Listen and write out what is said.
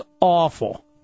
awful